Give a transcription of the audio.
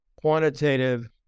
quantitative